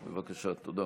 תודה.